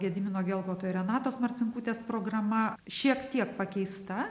gedimino gelgoto ir renatos marcinkutės programa šiek tiek pakeista